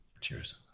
Cheers